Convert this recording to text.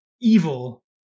evil